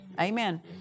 Amen